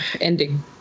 ending